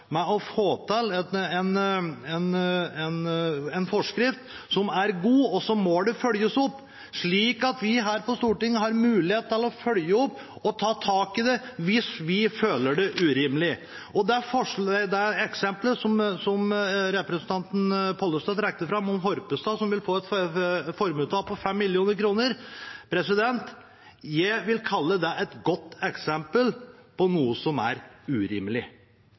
ved å få til en forskrift som er god. Og så må det følges opp, slik at vi her på Stortinget har mulighet til å følge opp og ta tak i det hvis vi føler at det blir urimelig. Det eksempelet som representanten Pollestad trakk fram – om Horpestad, som vil få et formuestap på 5 mill. kr – vil jeg kalle et godt eksempel på noe som er urimelig.